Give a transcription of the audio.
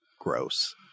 gross